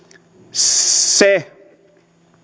se